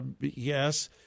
yes